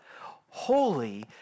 Holy